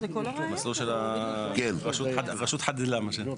המסלול של רשות חדלה, מה שנקרא.